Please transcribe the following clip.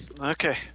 Okay